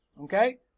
Okay